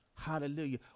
Hallelujah